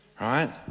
Right